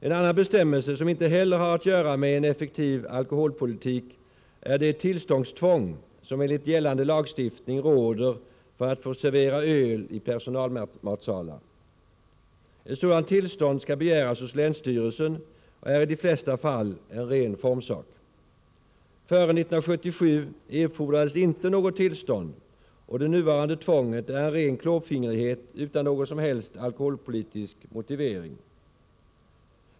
En annan bestämmelse som inte heller har att göra med en effektiv alkoholpolitik är det tillståndstvång som enligt gällande lagstiftning råder för att få servera öl i personalmatsalar. Ett sådant tillstånd skall begäras hos länsstyrelsen och är i de flesta fall en ren formsak. Före 1977 erfordrades inte något tillstånd, och det nuvarande tvånget är en ren klåfingrighet utan någon som helst alkoholpolitisk motivering.